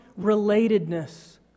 relatedness